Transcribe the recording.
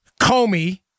Comey